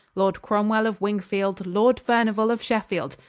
lord cromwell of wingefield, lord furniuall of sheffeild,